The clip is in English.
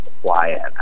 quiet